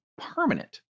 permanent